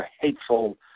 hateful